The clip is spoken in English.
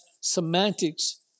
semantics